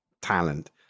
Talent